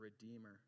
Redeemer